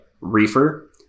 reefer